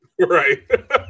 Right